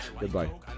Goodbye